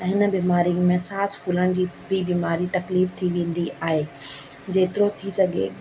ऐं हिन बीमारी में सांस फुलण जी बि बीमारी तकलीफ़ु थी वेंदी आहे जेतिरो थी सघे